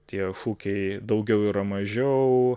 tie šūkiai daugiau yra mažiau